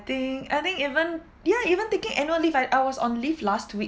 think I think even yeah even taking annual leave I I was on leave last week